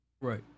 Right